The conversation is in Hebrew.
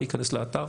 ייכנס לאתר